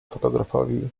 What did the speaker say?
fotografowi